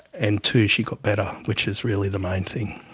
and two, she got better, which is really the main thing.